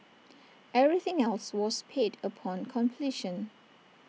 everything else was paid upon completion